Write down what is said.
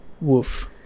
Woof